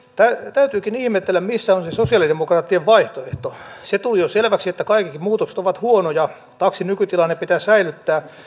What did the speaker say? täytyykin ihmetellä missä on se sosialidemokraattien vaihtoehto se tuli jo selväksi että kaikki muutokset ovat huonoja ja taksin nykytilanne pitää säilyttää